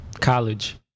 college